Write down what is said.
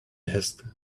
asked